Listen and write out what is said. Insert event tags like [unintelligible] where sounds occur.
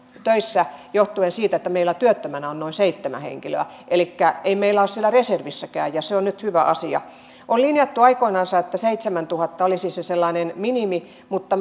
töissä johtuen siitä että meillä työttömänä on noin seitsemän henkilöä elikkä ei meillä ole heitä siellä reservissäkään ja se on nyt hyvä asia on linjattu aikoinansa että seitsemäntuhatta olisi se sellainen minimi mutta [unintelligible]